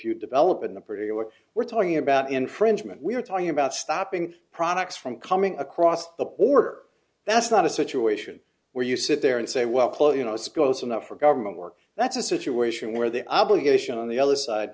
you develop in a preview what we're talking about infringement we're talking about stopping products from coming across the border that's not a situation where you sit there and say well close and i suppose enough for government work that's a situation where the obligation on the other side